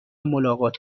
ملاقات